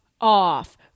off